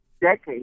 decades